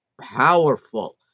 powerful